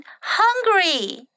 hungry